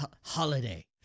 Holiday